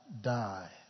die